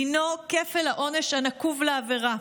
דינו כפל העונש הנקוב לעבירה.